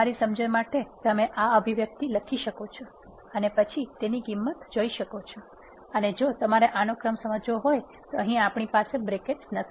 તમારી સમજણ માટે તમે આ અભિવ્યક્તિ લખી શકો છો અને પછી તેની કિંમત જોઇ શકો છો અને જો તમારે આનો ક્રમ સમજવો હોય તો અહી આપણી પાસે બ્રેકેટ્સ નથી